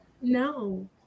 no